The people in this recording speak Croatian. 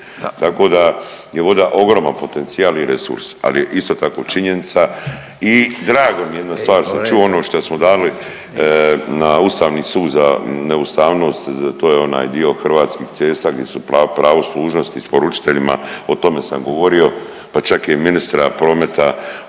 Tako da je voda ogroman potencijal i resurs. Ali je isto tako činjenica i drago mi je, jedna stvar što sam čuo što smo dali na Ustavni sud za neustavnost. To je onaj dio Hrvatskih cesta gdje su pravo služnosti isporučiteljima o tome sam govorio, pa čak i ministra prometa